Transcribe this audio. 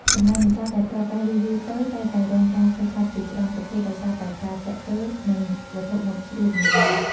សំណាញ់នេសាទដែលប្រើប្រាស់យូរៗទៅតែងតែរងការខូចខាតជាច្រើនប្រភេទ ដោយសារតែការទាក់ទើរនឹងវត្ថុមុតស្រួចនានា។